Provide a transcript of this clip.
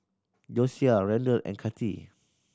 Josiah Randle and Kati